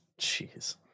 Jeez